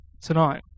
tonight